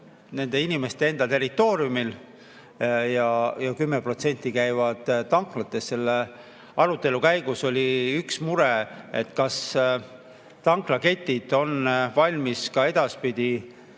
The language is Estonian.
nende inimeste enda territooriumil, 10% käib tanklates. Selle arutelu käigus oli üks mure, et kas tanklaketid on valmis ka edaspidi